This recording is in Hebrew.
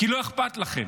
כי לא אכפת לכם.